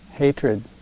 Hatred